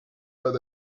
bad